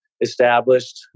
established